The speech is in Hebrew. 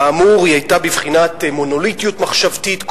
כאמור, היא היתה בבחינת מונוליטיות מחשבתית.